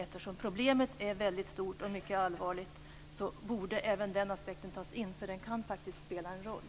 Eftersom problemet är väldigt stort och mycket allvarligt borde även den aspekten tas in, för den kan faktiskt spela en roll.